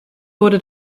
wurde